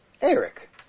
Eric